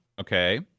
Okay